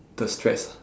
the stress